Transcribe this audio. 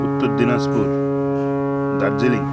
Uttar Dinajpur Darjeeling